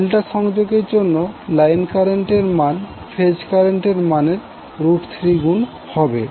delta সংযোগের জন্য line কারেন্টের মান ফেজ কারেন্টের মানের 3 গুন হবে